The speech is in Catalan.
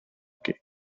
aquí